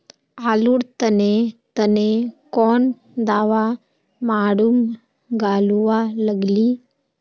आलूर तने तने कौन दावा मारूम गालुवा लगली?